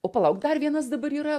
o palauk dar vienas dabar yra